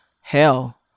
hell